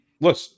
look